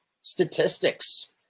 statistics